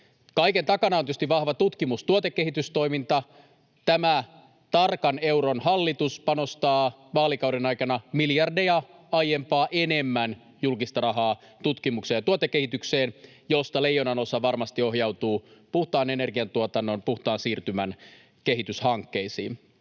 Kaiken takana on tietysti vahva tutkimus- ja tuotekehitystoiminta. Tämä tarkan euron hallitus panostaa vaalikauden aikana miljardeja aiempaa enemmän julkista rahaa tutkimukseen ja tuotekehitykseen, josta leijonanosa varmasti ohjautuu puhtaan energiantuotannon, puhtaan siirtymän kehityshankkeisiin.